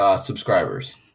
subscribers